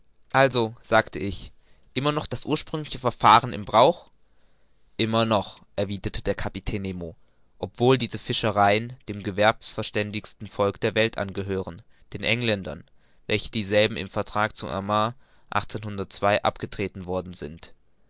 also sagte ich ist immer noch das ursprüngliche verfahren in brauch immer noch erwiderte der kapitän nemo obwohl diese fischereien dem gewerbverständigsten volk der welt angehören den engländern welchen dieselben im vertrag zu abgetreten worden sind